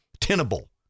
tenable